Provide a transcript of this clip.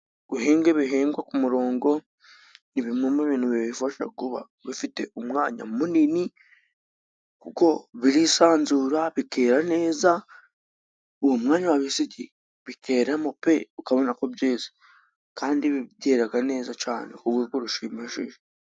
Guhinga ibihingwa ku murongo nibime mu bintu bibifasha kuba bifite umwanya munini. Kuko birisanzura bikera neza, uwo mwanya wabisigiye bikereramo pe, ukabona ko byeze kandi byeraga neza cane kurwego rushimishije.